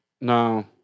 No